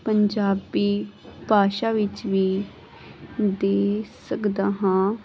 ਪੰਜਾਬੀ ਭਾਸ਼ਾ ਵਿੱਚ ਵੀ ਦੇ ਸਕਦਾ ਹਾਂ